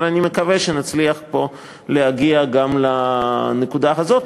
אבל אני מקווה שנצליח פה להגיע גם לנקודה הזאת.